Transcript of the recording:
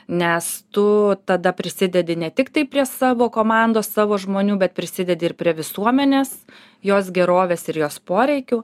nes tu tada prisidedi ne tiktai prie savo komandos savo žmonių bet prisidedi ir prie visuomenės jos gerovės ir jos poreikių